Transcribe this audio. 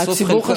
הציבור,